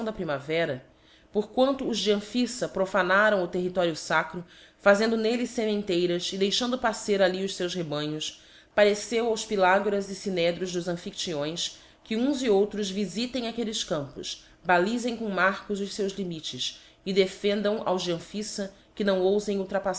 primavera por quanto os de amphiffa profanaram o território lacro fazendo nv lle fcmenteiras e deixando pascer ali os feus rebanhos pareceu aos pylagoras e fmdfvs dos amphiftyões que uns e outros vifitem aquelles campos balifem com marcos os feus limites e defendam aos de amphiífa que não oufem